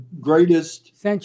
greatest